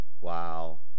Wow